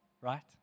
right